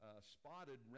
spotted